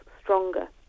stronger